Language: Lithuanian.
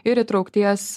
ir įtraukties